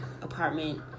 apartment